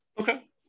Okay